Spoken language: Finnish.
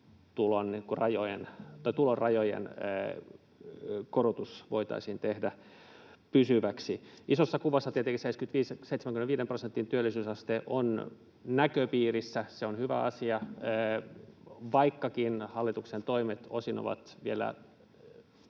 tulorajojen korotus voitaisiin tehdä pysyväksi. Isossa kuvassa tietenkin 75 prosentin työllisyysaste on näköpiirissä. Se on hyvä asia, vaikkakin hallituksen toimet osin ovat vielä